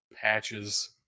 patches